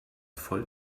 voll